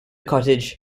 cottage